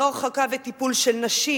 לא הרחקה וטיפול בנשים,